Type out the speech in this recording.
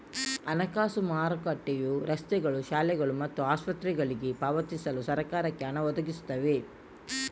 ಹಣಕಾಸು ಮಾರುಕಟ್ಟೆಯು ರಸ್ತೆಗಳು, ಶಾಲೆಗಳು ಮತ್ತು ಆಸ್ಪತ್ರೆಗಳಿಗೆ ಪಾವತಿಸಲು ಸರಕಾರಕ್ಕೆ ಹಣ ಒದಗಿಸ್ತವೆ